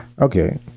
Okay